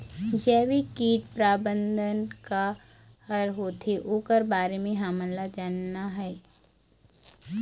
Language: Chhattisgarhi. जैविक कीट प्रबंधन का हर होथे ओकर बारे मे हमन ला जानना हे?